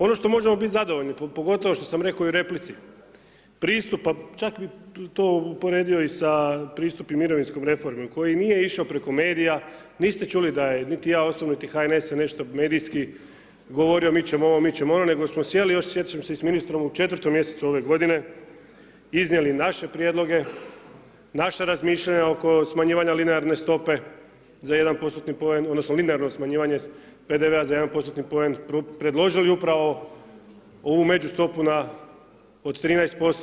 Ono što možemo biti zadovoljni, pogotovo što sam rekao i u replici, pristup, pa čak bi to uporedio i sa pristupom mirovinskom reformom, koji nije išao preko medija, niste čuli, da niti ja osobno, niti HNS se nešto medijski govorio mi ćemo ovo, mi ćemo ono, nego smo sjeli, još se sjećam i s ministrom u 4. mjesecu ove godine, iznijeli naše prijedloge, naša razmišljanja oko smanjivanja lineralne stope za 1% poen, odnosno lineralno smanjivanje PDV za 1% poen, predložili upravo ovu međustopu od 13%